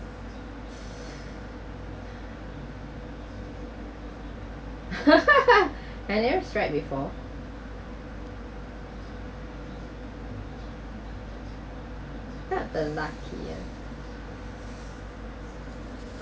I never tried before describe the luckiest